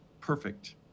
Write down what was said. perfect